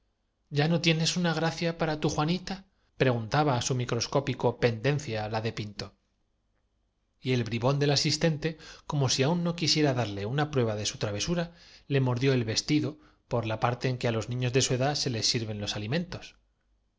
ya no tienes una gracia para tu juanita pre guntaba á su microscópico pendencia la de pinto dencia melitares mueran las matemáticas y el bribón del asistente como si aún quisiera darle un ay de espanto reemplazó á tan enérgico apos una prueba de su travesura le mordió el vestido por trofe los diez y siete hijos de marte aparecieron en la parte en que á los niños de su edad se les sirven los